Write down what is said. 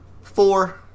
four